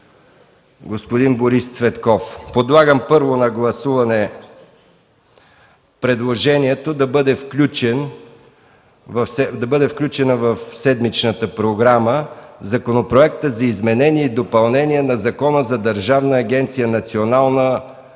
господин Борис Цветков. Първо ще подложа на гласуване предложението да бъде включен в седмичната програма Законопроектът за изменение и допълнение на Закона за Държавна агенция „Национална